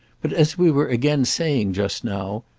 but as we were again saying just now,